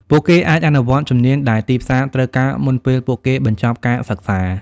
ពួកគេអាចអនុវត្តជំនាញដែលទីផ្សារត្រូវការមុនពេលពួកគេបញ្ចប់ការសិក្សា។